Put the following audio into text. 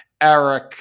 Eric